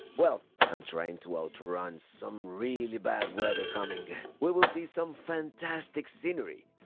well i'm trying to outrun some really bad weather coming. we will see some fantastic scenery.